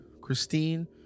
Christine